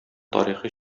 тарихи